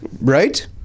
right